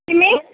तिमी